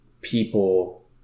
people